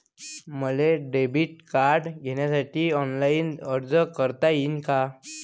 मले debit card घ्यासाठी online अर्ज करता येते का?